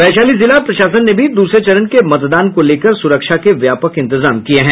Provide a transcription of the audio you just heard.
वैशाली जिला प्रशासन ने भी दूसरे चरण के मतदान को लेकर सुरक्षा के व्यापक इंतजाम किये हैं